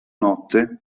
notte